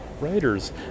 writers